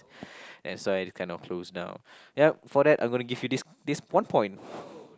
that's why it kind of closed down yup for that I'm gonna give you this this one point